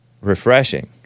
Refreshing